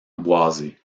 boisée